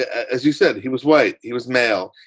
as you said, he was white, he was male.